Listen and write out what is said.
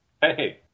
Hey